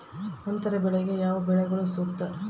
ಅಂತರ ಬೆಳೆಗೆ ಯಾವ ಬೆಳೆಗಳು ಸೂಕ್ತ?